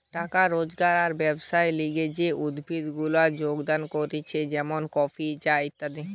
টাকা রোজগার আর ব্যবসার লিগে যে উদ্ভিদ গুলা যোগান হতিছে যেমন কফি, চা ইত্যাদি